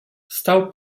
stał